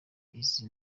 izi